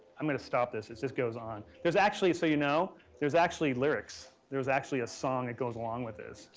i'm gonna stop this. it just goes on. there's actually so you know, there's actually lyrics. there's actually a song that goes along with this.